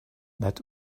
that